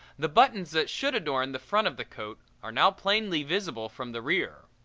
the buttons that should adorn the front of the coat are now plainly visible from the rear.